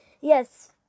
Yes